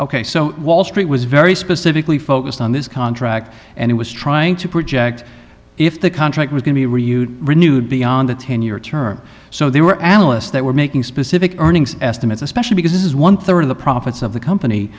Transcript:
ok so wall street was very specifically focused on this contract and it was trying to project if the contract was going to be huge renewed beyond the ten year term so they were analysts that were making specific earnings estimates especially because this is one third of the profits of the company